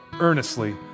earnestly